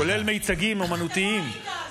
כולל מיצגים אומנותיים,